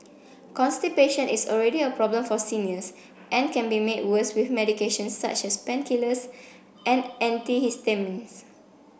constipation is already a problem for seniors and can be made worse with medications such as painkillers and antihistamines